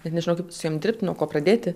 ir nežinau kaip su jom dirbt nuo ko pradėti